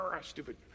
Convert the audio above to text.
stupid